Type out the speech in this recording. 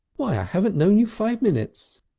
why, i haven't known you five minutes.